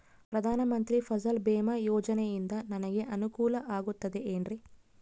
ಪ್ರಧಾನ ಮಂತ್ರಿ ಫಸಲ್ ಭೇಮಾ ಯೋಜನೆಯಿಂದ ನನಗೆ ಅನುಕೂಲ ಆಗುತ್ತದೆ ಎನ್ರಿ?